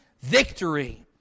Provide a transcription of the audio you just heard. victory